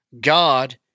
God